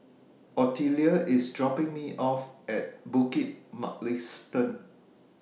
Ottilia IS dropping Me off At Bukit Mugliston